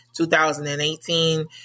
2018